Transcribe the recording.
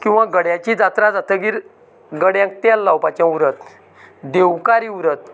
किंवां गड्याची जात्रा जातगीर गड्यांक तेल लावपाचें उरत देवकार्य उरत